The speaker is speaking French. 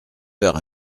heures